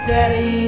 Daddy